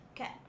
Okay